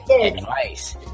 Advice